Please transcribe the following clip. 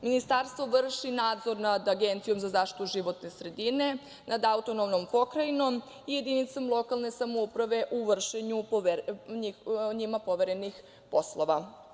Ministarstvo vrši nadzor nad Agencijom za zaštitu životne sredine, nad autonomnom pokrajinom i jedinicom lokalne samouprave u vršenju njima poverenih poslova.